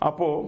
Apo